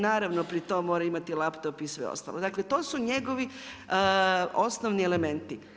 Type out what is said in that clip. Naravno pri tom mora imati laptop i sve ostalo, dakle to su njegovi osnovni elementi.